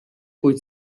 kuid